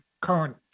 current